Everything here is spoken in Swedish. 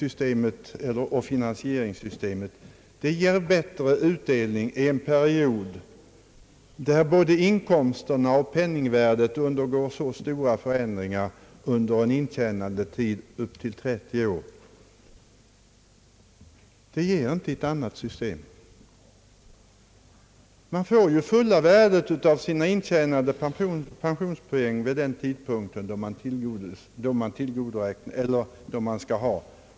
Detta finansieringssystem ger bättre utdelning i en period där både inkomster och penningvärde undergår stora förändringar under en intjänandetid på 30 år. Man får ju fulla värdet av sina intjänade pensionspoäng vid den tidpunkt då man skall ha sin fastställda pensionsrätt.